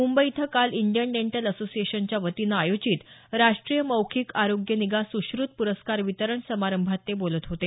मुंबई इथं काल Indian dental असोसिएशनच्या वतीनं आयोजित राष्ट्रीय मौखिक आरोग्य निगा सुश्रुत पुरस्कार वितरण समारंभात ते बोलत होते